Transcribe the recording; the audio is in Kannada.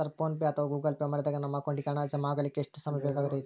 ಸರ್ ಫೋನ್ ಪೆ ಅಥವಾ ಗೂಗಲ್ ಪೆ ಮಾಡಿದಾಗ ನಮ್ಮ ಅಕೌಂಟಿಗೆ ಹಣ ಜಮಾ ಆಗಲಿಕ್ಕೆ ಎಷ್ಟು ಸಮಯ ಬೇಕಾಗತೈತಿ?